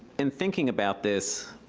in thinking about this,